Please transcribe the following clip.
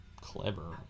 clever